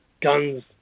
guns